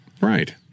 Right